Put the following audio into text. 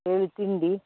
ಏಳು ತಿಂಡಿ